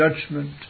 judgment